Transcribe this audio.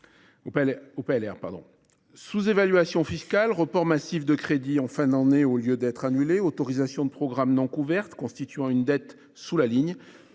Sous évaluation fiscale, report massif de crédits en fin d’année, au lieu que ceux ci soient annulés, autorisations de programme non couvertes constituant une dette sous la ligne